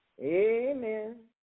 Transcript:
Amen